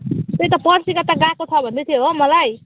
त्यही त पर्सिका त गएको छ भन्दैथियो हो मलाई